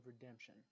redemption